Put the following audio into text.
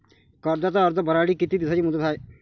कर्जाचा अर्ज भरासाठी किती दिसाची मुदत हाय?